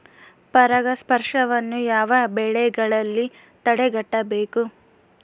ಪರಾಗಸ್ಪರ್ಶವನ್ನು ಯಾವ ಬೆಳೆಗಳಲ್ಲಿ ತಡೆಗಟ್ಟಬೇಕು?